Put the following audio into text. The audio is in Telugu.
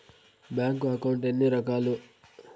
బ్యాంకు అకౌంట్ ఎన్ని రకాలు